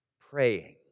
praying